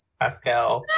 Pascal